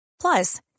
Plus